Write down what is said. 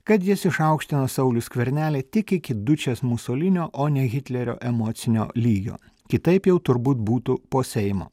kad jis išaukštino saulių skvernelį tik iki dučės musolinio o ne hitlerio emocinio lygio kitaip jau turbūt būtų po seimo